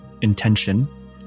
intention